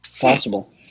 Possible